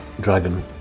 Dragon